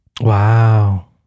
Wow